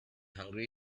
hungry